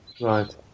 Right